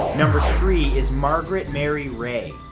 number three is margaret mary ray.